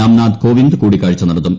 രാംനാഥ് കോവിന്ദ് കൂടിക്കാഴ്ച നടത്തും